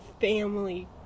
family